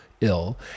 ill